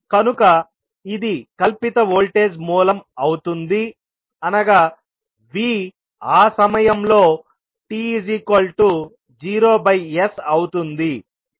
కనుక ఇది కల్పిత వోల్టేజ్ మూలం అవుతుంది అనగా v ఆ సమయంలో t0 బై S అవుతుంది